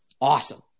awesome